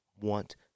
want